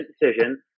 decision